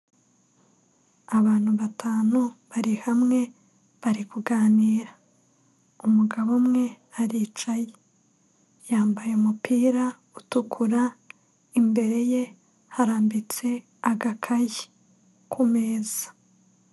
Abantu batanu bari hamwe bari kuganira, umugabo umwe aricaye yambaye umupira utukura imbere ye harambitse agakayi ku meza.